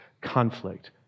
conflict